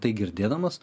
tai girdėdamas